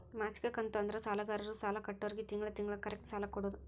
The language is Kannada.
ಮಾಸಿಕ ಕಂತು ಅಂದ್ರ ಸಾಲಗಾರರು ಸಾಲ ಕೊಟ್ಟೋರ್ಗಿ ತಿಂಗಳ ತಿಂಗಳ ಕರೆಕ್ಟ್ ಸಾಲ ಕೊಡೋದ್